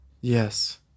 Yes